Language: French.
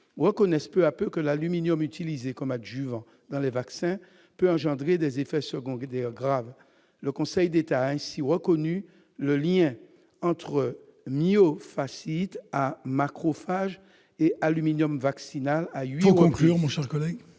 reconnaissent peu à peu que l'aluminium utilisé comme adjuvant dans les vaccins peut engendrer des effets secondaires graves : le Conseil d'État a ainsi reconnu le lien entre myofasciite à macrophages et aluminium vaccinal à huit